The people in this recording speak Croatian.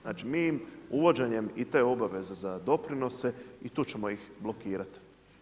Znači mi im uvođenjem i te obaveze za doprinose i tu ćemo ih blokirati.